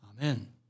Amen